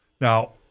Now